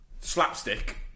slapstick